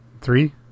Three